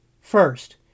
First